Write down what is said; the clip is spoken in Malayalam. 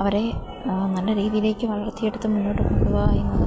അവരെ നല്ല രീതിയിലേക്ക് വളർത്തിയെടുത്ത് മുന്നോട്ട് കൊണ്ട് പോകുകയെന്നത്